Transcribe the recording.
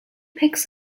picks